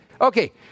Okay